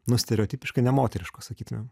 nu stereotipiškai nemoteriškos sakytumėm